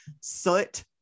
soot